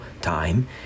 time